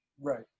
Right